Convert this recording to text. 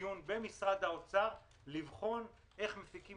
דיון במשרד האוצר לבחון איך מפיקים